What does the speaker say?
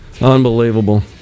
Unbelievable